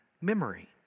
memory